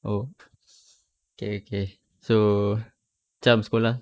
!oops! okay okay so macam sekolah